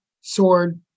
sword